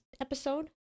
episode